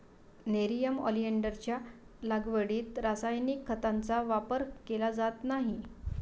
nerium ऑलिंडरच्या लागवडीत रासायनिक खतांचा वापर केला जात नाही